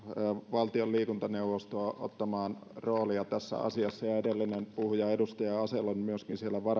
valtion liikuntaneuvostoa ottamaan roolia tässä asiassa ja edellinen puhuja edustaja asell on myöskin siellä